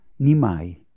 Nimai